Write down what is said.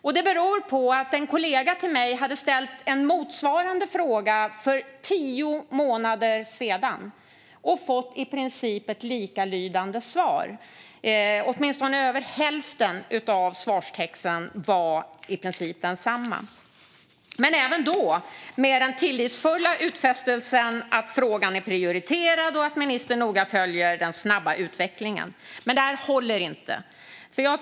Det beror på att en kollega till mig ställde en motsvarande fråga för tio månader sedan och fick ett i princip likalydande svar. Över hälften av svaret var i princip detsamma, även då med den tillitsfulla utfästelsen att frågan är prioriterad och att ministern noga följer den snabba utvecklingen. Detta håller inte.